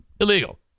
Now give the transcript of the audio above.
illegal